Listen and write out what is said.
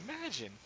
imagine